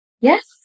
Yes